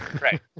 right